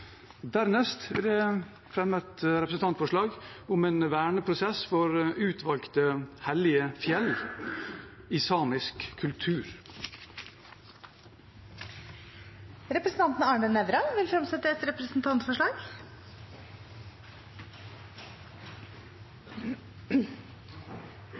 Dernest vil jeg fremme et representantforslag om en verneprosess for utvalgte hellige fjell i samisk kultur. Representanten Arne Nævra vil fremsette et representantforslag. Da har jeg gleden av å legge fram et representantforslag